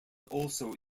also